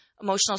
emotional